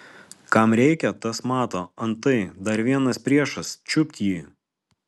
kam reikia tas mato antai dar vienas priešas čiupt jį